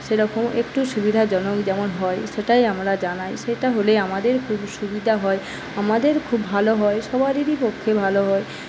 সেরকম একটু সুবিধাজনক যেমন হয় সেটাই আমরা জানাই সেইটা হলে খুব সুবিধা হয় আমাদের খুব ভালো হয় সবারই পক্ষে ভালো হয়